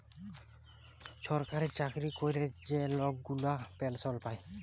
ছরকারি চাকরি ক্যরে যে লক গুলা পেলসল পায়